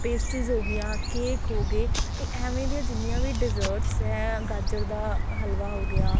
pastries ਹੋ ਗਈਆਂ cake ਹੋ ਗਏ ਇਹ ਐਵੇ ਦੀਆਂ ਜਿੰਨੀਆਂ ਵੀ ਡੀਜ਼ਰਟਸ ਹੈ ਗਾਜਰ ਦਾ ਹਲਵਾ ਹੋ ਗਿਆ